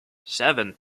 seven